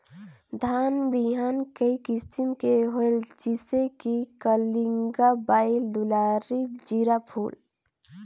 धान बिहान कई किसम के होयल जिसे कि कलिंगा, बाएल दुलारी, जीराफुल?